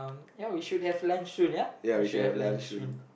ya we should have lunch soon ya we should have lunch soon